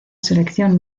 selección